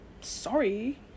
sorry